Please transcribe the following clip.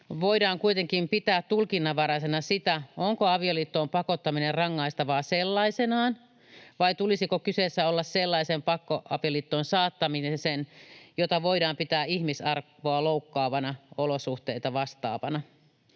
voidaan kuitenkin pitää tulkinnanvaraisena sitä, onko avioliittoon pakottaminen rangaistavaa sellaisenaan, vai tulisiko kyseessä olla sellaisen pakkoavioliittoon saattamisen, jota voidaan pitää ihmisarvoa loukkaavia olosuhteita vastaavana.